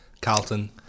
Carlton